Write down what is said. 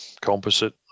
composite